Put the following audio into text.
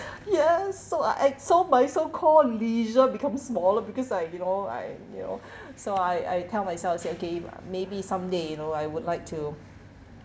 yes so I ac~ so my so called leisure becomes smaller because I you know I you know so I I tell myself I said okay lah maybe someday you know I would like to